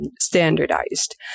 standardized